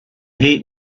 hate